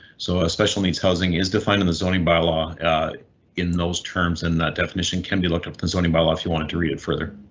so a special needs housing is defined in the zoning bylaw in those terms in that definition can be looked up the zoning bylaw if you wanted to read it further.